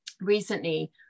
recently